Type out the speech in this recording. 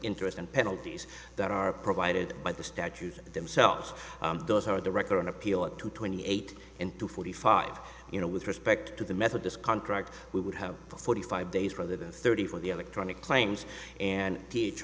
interest and penalties that are provided by the statute themselves those are the record on appeal at two twenty eight and two forty five you know with respect to the methodist contract we would have forty five days rather than thirty for the electronic claims and t